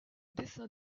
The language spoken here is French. dessin